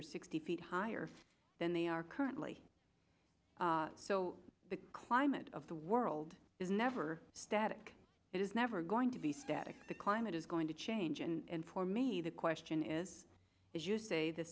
or sixty feet higher than they are currently so the climate of the world is never static it is never going to be static the climate is going to change and for me the question is as you say the